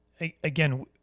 again